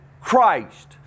Christ